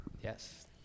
yes